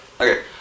Okay